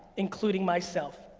including myself.